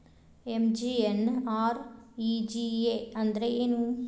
MGNREGA ಅಂದ್ರೆ ಏನು?